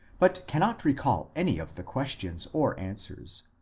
but cannot recall any of the questions or answers.